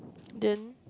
then